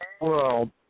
world